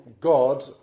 God